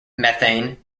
methane